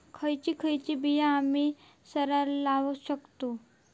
खयची खयची बिया आम्ही सरायत लावक शकतु?